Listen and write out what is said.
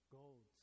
gold